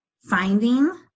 finding